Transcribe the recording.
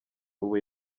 ubu